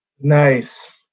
Nice